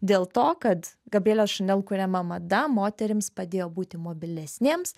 dėl to kad gabrielės šanel kuriama mada moterims padėjo būti mobilesnėms